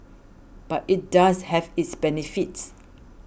but it does have its benefits